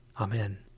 Amen